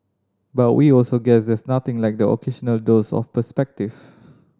but we also guess there's nothing like the occasional dose of perspective